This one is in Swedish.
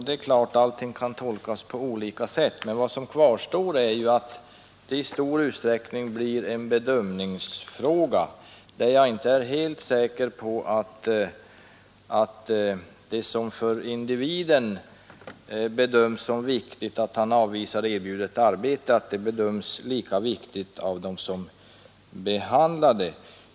Det är klart att allting kan tolkas på olika sätt, men kvar står ändå det faktum att det i stor utsträckning är en bedömningsfråga, där jag inte är helt säker på att det som för individen bedöms som viktigt, nämligen rätten att av vissa skäl avvisa erbjudet arbete, kommer att bedömas vara lika viktigt av dem som behandlar fallen.